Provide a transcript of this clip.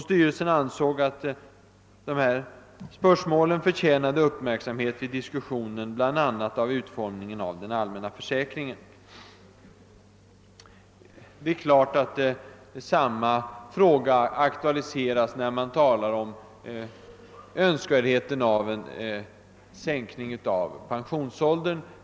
Styrelsen ansåg att de här spörsmålen förtjänade uppmärksamhet i diskussionen, bl.a. om utformningen av den allmänna försäkringen. Det är uppenbart att samma fråga aktualiseras när man talar om en sänkning av pensionsåldern.